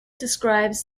describes